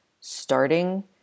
starting